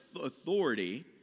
authority